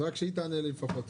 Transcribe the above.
אז שרויטל תענה לי לפחות.